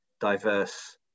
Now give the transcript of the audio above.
diverse